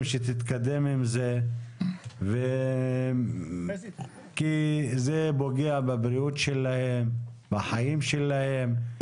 שתתקדם עם זה כי זה פוגע בבריאות שלהם ובחיים שלהם.